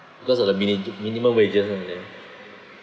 because of the mini~ minimum wages over there